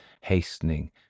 hastening